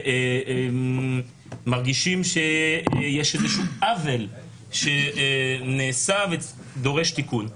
כשמרגישים שיש איזשהו עוול שנעשה ודורש תיקון.